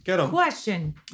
Question